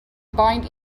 bind